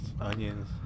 onions